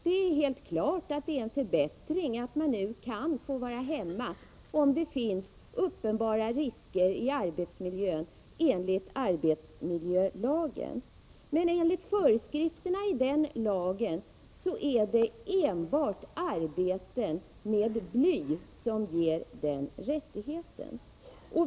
Det är helt klart en förbättring att gravida kvinnor nu kan få vara hemma, om det enligt arbetsmiljölagen finns uppenbara risker i arbetsmiljön. Men enligt föreskrifterna i lagen är det enbart arbete med bly som ger denna rättighet.